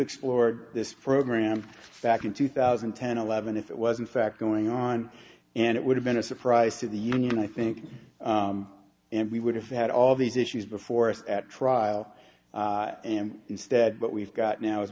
explored this program back in two thousand and ten eleven if it was in fact going on and it would have been a surprise to the union i think and we would have had all these issues before us at trial and instead what we've got now is